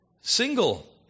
Single